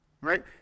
right